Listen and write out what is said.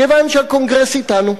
כיוון שהקונגרס אתנו,